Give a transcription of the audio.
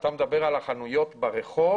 כשאתה מדבר על החנויות ברחוב,